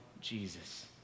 Jesus